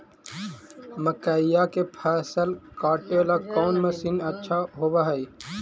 मकइया के फसल काटेला कौन मशीन अच्छा होव हई?